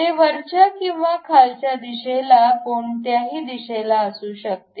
ते वरच्या किंवा खालच्या कोणत्याही दिशेला असू शकते